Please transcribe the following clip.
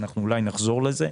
ואולי נחזור לזה.